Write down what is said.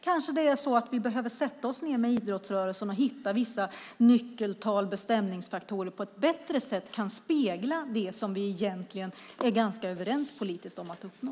Kanske det är så att vi behöver sätta oss ned med idrottsrörelsen för att försöka hitta vissa nyckeltal och bestämningsfaktorer som på ett bättre sätt kan spegla det som vi politiskt egentligen är ganska överens om att uppnå.